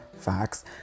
facts